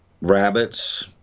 rabbits